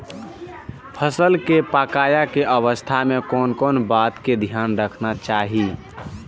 फसल के पाकैय के अवस्था में कोन कोन बात के ध्यान रखना चाही?